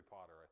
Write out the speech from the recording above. Potter